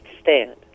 stand